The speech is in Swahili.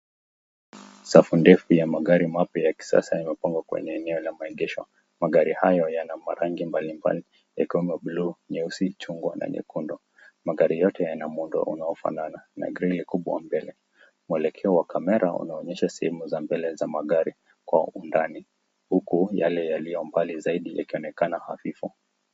Safu ndefu ya magari mapya ya kisasa yamepangwa kwenye eneo la maegesho. Magari hayo yana marangi mbalimbali ikiwemo blue , nyeusi, chungwa na nyekundu. Magari yote yana muundo unaofanana na grill kubwa mbele. Mwelekeo wa camera unaonyesha sehemu za mbele za magari kwa undani, huku yale yaliyo mbali zaidi yakionekana hafifu.